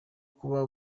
kuba